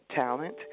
talent